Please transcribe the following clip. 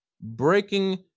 breaking